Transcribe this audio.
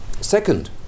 second